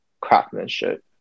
craftsmanship